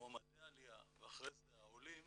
מועמדי העלייה ואחרי זה העולים,